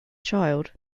child